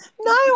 no